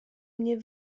mnie